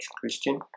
Christian